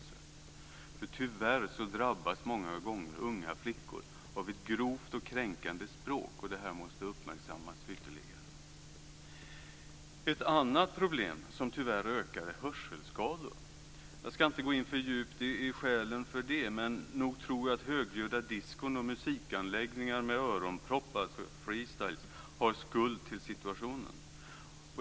Tyvärr drabbas många gånger unga flickor av ett grovt och kränkande språk. Detta måste uppmärksammans ytterligare. Ett annat problem som tyvärr ökar är hörselskador. Jag ska inte gå in för djupt i skälen för det, men nog tror jag att högljudda diskon och musikanläggningar med öronproppar - freestylar - har skuld till den situationen.